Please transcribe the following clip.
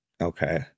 Okay